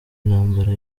intambara